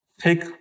take